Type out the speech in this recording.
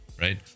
right